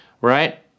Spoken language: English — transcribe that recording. right